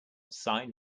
sign